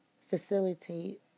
facilitate